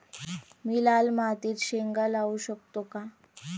मी लाल मातीत शेंगा लावू शकतो का?